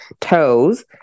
toes